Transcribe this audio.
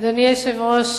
אדוני היושב-ראש,